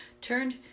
turned